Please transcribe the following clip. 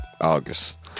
August